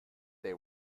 they